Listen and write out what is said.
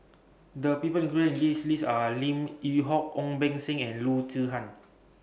The People included in list list Are Lim Yew Hock Ong Beng Seng and Loo Zihan